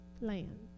land